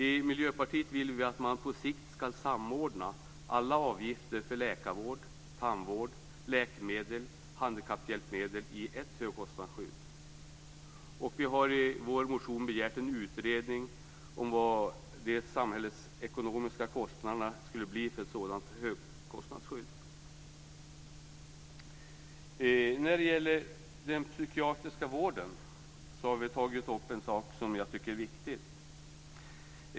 I Miljöpartiet vill vi att man på sikt skall samordna alla avgifter för läkarvård, tandvård, läkemedel och handikapphjälpmedel i ett högkostnadsskydd. Vi har i vår motion begärt en utredning av hur stora de samhällsekonomiska kostnaderna skulle bli för ett sådant högkostnadsskydd. När det gäller den psykiatriska vården har vi tagit upp en sak som jag tycker är viktig.